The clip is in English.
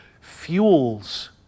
fuels